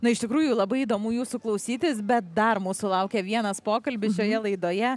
na iš tikrųjų labai įdomu jūsų klausytis bet dar mūsų laukia vienas pokalbis šioje laidoje